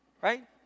right